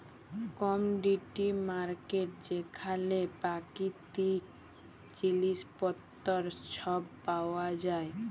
commodity market যেখালে পাকিতিক জিলিস পত্তর ছব পাউয়া যায়